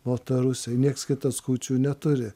baltarusiai nieks kitas kūčių neturi